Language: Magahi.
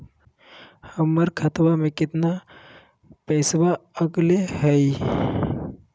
हमर खतवा में कितना पैसवा अगले हई?